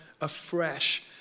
afresh